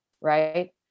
right